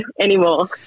anymore